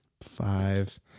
Five